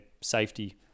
safety